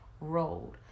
road